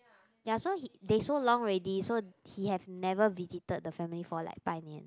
ya so he they so long already so he have never visited the family for like bai nian